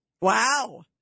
Wow